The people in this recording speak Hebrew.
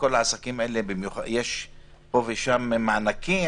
יש פה ושם מענקים,